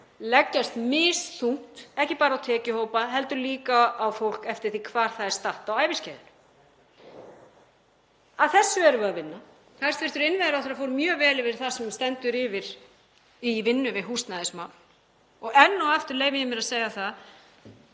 leggjast misþungt, ekki bara á tekjuhópa heldur líka á fólk eftir því hvar það er statt á æviskeiðinu. Að þessu erum við að vinna. Hæstv. innviðaráðherra fór mjög vel yfir það sem stendur yfir í vinnu við húsnæðismál og enn og aftur leyfi ég mér að segja að